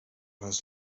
les